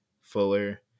fuller